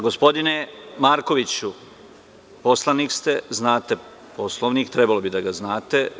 Gospodine Markoviću, poslanik ste, znate Poslovnik, barem bi trebalo da ga znate.